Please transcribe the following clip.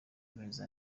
amezi